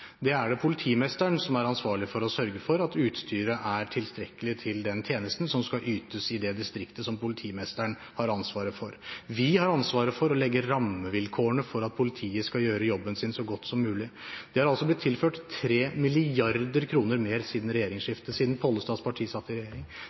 Det er politimesteren som er ansvarlig for å sørge for at utstyret er tilstrekkelig i forhold til den tjenesten som skal ytes i det distriktet som politimesteren har ansvaret for. Vi har ansvaret for å legge rammevilkårene for at politiet skal gjøre jobben sin så godt som mulig. Det er blitt tilført 3 mrd. kr mer siden